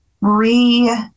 re